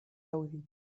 aŭdi